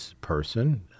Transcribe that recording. person